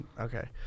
Okay